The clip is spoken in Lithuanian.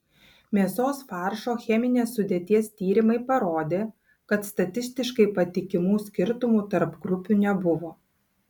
mėsos faršo cheminės sudėties tyrimai parodė kad statistiškai patikimų skirtumų tarp grupių nebuvo